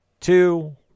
two